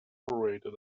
operated